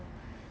versus